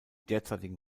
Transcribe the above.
derzeitigen